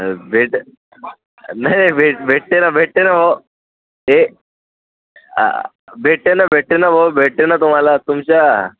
भेटत भेटते ना भेटते ना भाऊ ते आ भेटते ना भेटते ना भाऊ भेटते ना तुम्हला तुमच्या